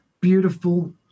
beautiful